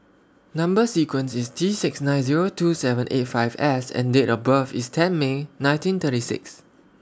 Number sequence IS T six nine Zero two seven eight five S and Date of birth IS ten May nineteen thirty six